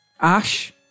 Ash